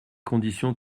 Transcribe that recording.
condition